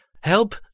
help